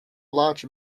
large